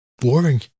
boring